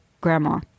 Grandma